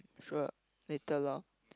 sure later lor